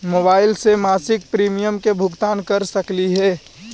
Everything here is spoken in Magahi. मोबाईल से मासिक प्रीमियम के भुगतान कर सकली हे?